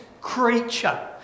creature